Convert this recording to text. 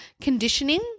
conditioning